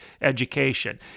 education